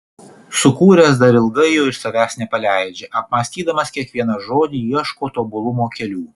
sukūręs dar ilgai jo iš savęs nepaleidžia apmąstydamas kiekvieną žodį ieško tobulumo kelių